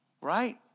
right